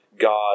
God